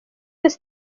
yose